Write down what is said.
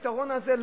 הפתרון הזה,